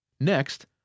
Next